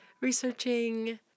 researching